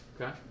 Okay